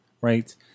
right